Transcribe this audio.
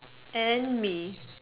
and then me